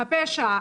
הפשע,